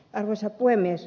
arvoisa puhemies